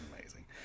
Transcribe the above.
amazing